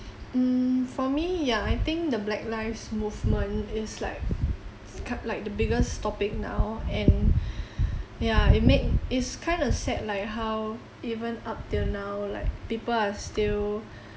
mm for me ya I think the black lives movement is like ca~ like the biggest topic now and ya it make it's kind of sad like how even up till now like people are still